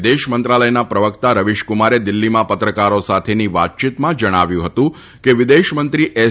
વિદેશ મંત્રાલયના પ્રવક્તા રવિશકુમારે દિલ્હીમાં પત્રકારો સાથેની વાતચીતમાં જણાવ્યું હતું કે વિદેશમંત્રી એસ